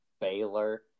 Baylor